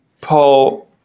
Paul